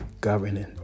Governing